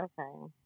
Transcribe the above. Okay